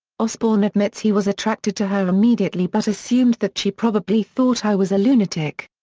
osbourne admits he was attracted to her immediately but assumed that she probably thought i was a lunatic.